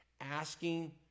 asking